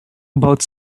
about